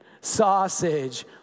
sausage